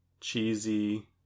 cheesy